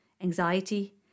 Anxiety